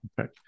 Okay